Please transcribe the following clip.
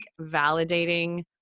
validating